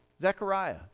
Zechariah